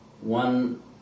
one